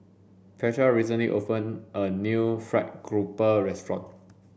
Petra recently open a new fried grouper restaurant